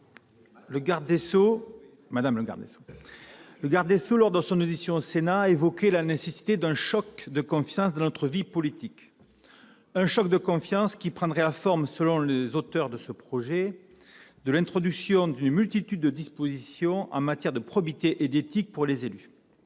chers collègues, lors de son audition au Sénat, Mme la ministre a évoqué la nécessité d'un « choc de confiance » dans notre vie politique : un choc de confiance qui prendrait la forme, selon les auteurs de ce projet de loi, de l'introduction d'une multitude de nouvelles dispositions en matière de probité et d'éthique pour les élus.